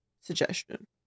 suggestion